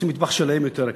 ועושים מטבח יותר יקר.